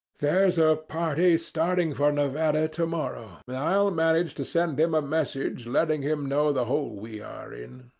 there's a party starting for nevada to-morrow, and i'll manage to send him a message letting him know the hole we are in.